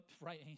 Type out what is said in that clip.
right